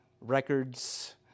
records